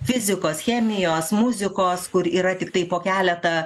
fizikos chemijos muzikos kur yra tiktai po keletą